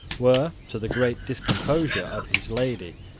were, to the great discomposure of his lady,